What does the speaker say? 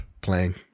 playing